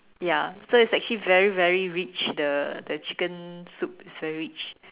ya so it's actually very very rich the the chicken soup is very rich